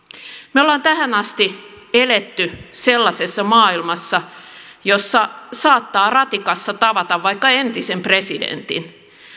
me olemme tähän asti eläneet sellaisessa maailmassa jossa saattaa ratikassa tavata vaikka entisen presidentin